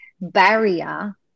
barrier